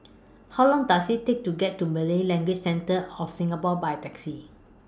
How Long Does IT Take to get to Malay Language Centre of Singapore By Taxi